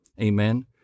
Amen